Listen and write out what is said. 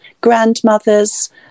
grandmothers